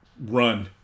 Run